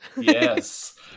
yes